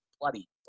bloody –